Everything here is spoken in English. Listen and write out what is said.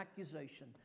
accusation